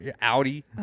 audi